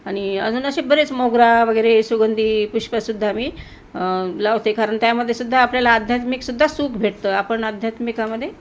आणि अजून असे बरेच मोगरा वगैरे सुगंधी पुष्पसुद्धा मी लावते कारण त्यामध्ये सुद्धा आपल्याला आध्यात्मिकसुद्धा सुख भेटतं आपण आध्यात्मिकामध्ये